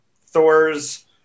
Thor's